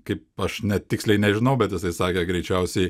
kaip aš net tiksliai nežinau bet jisai sakė greičiausiai